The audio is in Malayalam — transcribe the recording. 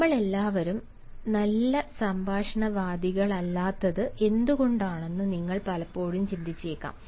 നമ്മളെല്ലാവരും നല്ല സംഭാഷണവാദികളല്ലാത്തത് എന്തുകൊണ്ടാണെന്ന് നിങ്ങൾ പലപ്പോഴും ചിന്തിച്ചേക്കാം